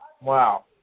Wow